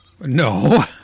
No